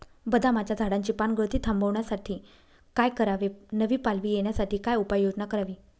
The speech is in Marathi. बदामाच्या झाडाची पानगळती थांबवण्यासाठी काय करावे? नवी पालवी येण्यासाठी काय उपाययोजना करावी?